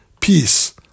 peace